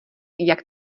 jak